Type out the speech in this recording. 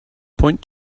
point